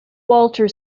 walter